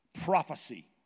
prophecy